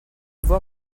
voir